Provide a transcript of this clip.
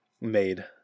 made